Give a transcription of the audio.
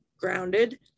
grounded